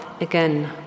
again